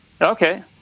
Okay